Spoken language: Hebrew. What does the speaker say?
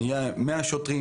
ונהיה עם 100 שוטרים,